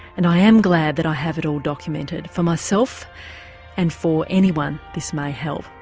and i am glad that i have it all documented, for myself and for anyone this may help.